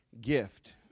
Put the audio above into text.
gift